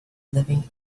living